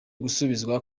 gusubizwa